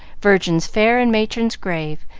virgins fair and matrons grave,